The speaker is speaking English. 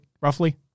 Roughly